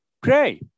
pray